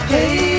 Hey